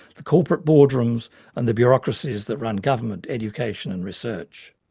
the corporate boardrooms and the bureaucracies that run government, education and research.